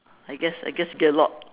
I guess I guess you get a lot